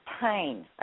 pain